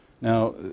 Now